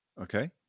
Okay